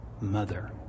mother